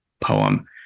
poem